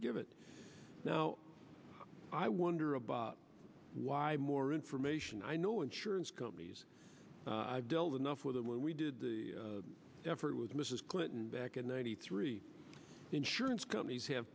to give it now i wonder about why more information i know insurance companies i've dealt enough with them when we did the effort with mrs clinton back in ninety three the insurance companies have